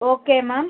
okay ma'am